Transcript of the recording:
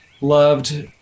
loved